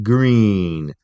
Green